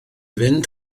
fynd